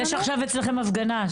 יש עכשיו אצלכם הפגנה.